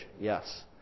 Yes